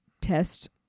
test